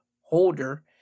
holder